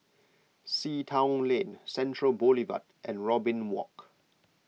Sea Town Lane Central Boulevard and Robin Walk